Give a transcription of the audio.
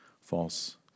False